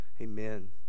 Amen